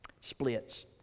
Splits